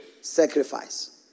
sacrifice